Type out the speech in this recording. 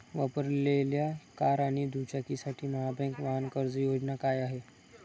वापरलेल्या कार आणि दुचाकीसाठी महाबँक वाहन कर्ज योजना काय आहे?